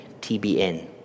TBN